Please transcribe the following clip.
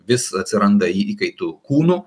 vis atsiranda įkaitų kūnų